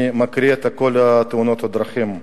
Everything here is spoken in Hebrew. אני מקריא את נתוני תאונות הדרכים.